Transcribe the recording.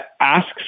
asks –